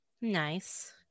Nice